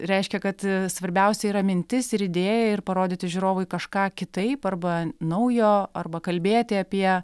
reiškia kad svarbiausia yra mintis ir idėja ir parodyti žiūrovui kažką kitaip arba naujo arba kalbėti apie